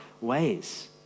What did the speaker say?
ways